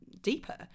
deeper